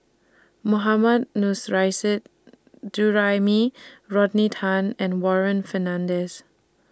Mohammad Nurrasyid Juraimi Rodney Tan and Warren Fernandez